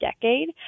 decade